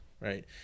right